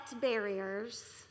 barriers